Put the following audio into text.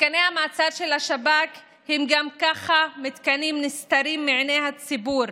מתקני המעצר של השב"כ הם גם ככה מתקנים נסתרים מעיני הציבור